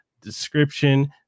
description